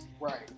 Right